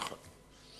נכון.